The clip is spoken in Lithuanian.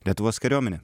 lietuvos kariuomenė